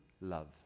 love